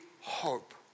hope